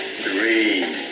three